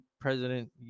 president